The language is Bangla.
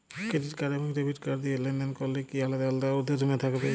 ক্রেডিট কার্ড এবং ডেবিট কার্ড দিয়ে লেনদেন করলে কি আলাদা আলাদা ঊর্ধ্বসীমা থাকবে?